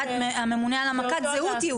הממונה על העמקת זהות יהודית.